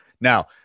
Now